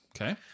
Okay